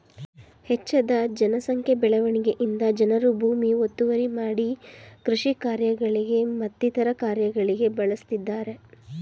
ಹೆಚ್ಜದ ಜನ ಸಂಖ್ಯೆ ಬೆಳವಣಿಗೆಯಿಂದ ಜನರು ಭೂಮಿ ಒತ್ತುವರಿ ಮಾಡಿ ಕೃಷಿ ಕಾರ್ಯಗಳಿಗೆ ಮತ್ತಿತರ ಕಾರ್ಯಗಳಿಗೆ ಬಳಸ್ತಿದ್ದರೆ